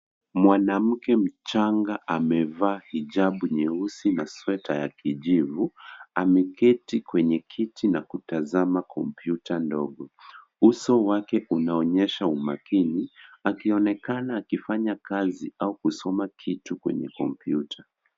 Mwanamke mchanga amevaa hijabu nyeusi na sweta ya kijivu. Ameketi kwenye kiti na kutazama kompyuta ndogo. Uso wake unaonyesha umakini, akionekana akifanya kazi au kufanya kitu kwenye komputa .